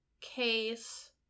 case